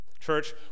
Church